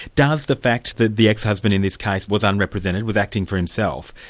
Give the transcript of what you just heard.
does the fact that the ex husband in this case was unrepresented, was acting for himself,